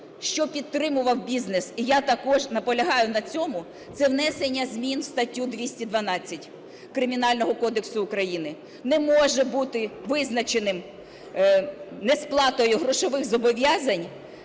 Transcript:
що підтримував бізнес, і я також наполягаю на цьому, це внесення змін у статтю 212 Кримінального кодексу України. Не може бути визначеним несплатою грошових зобов'язань